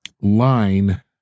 line